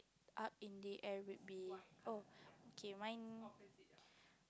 up in the air will be oh okay mine